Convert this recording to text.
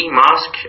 mask